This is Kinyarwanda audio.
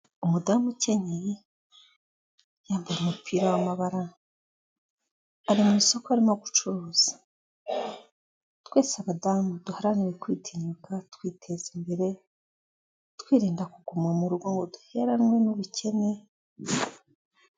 Umudamu ukenyeye yambaye umupira w'amabara, ari mu isoko arimo gucuruza, twese abadamu duharanira kwitinyuka twiteza imbere, twirinda kuguma mu rugo ngo uheranwe n'ubukene.